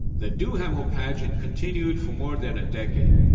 the duhamel pageant continued for more than a decade.